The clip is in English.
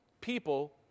People